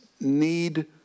need